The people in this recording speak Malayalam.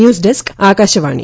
news desk Akashvani